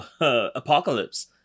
Apocalypse